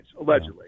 Allegedly